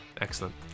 Excellent